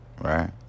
Right